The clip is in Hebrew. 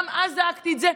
גם אז זעקתי את זה,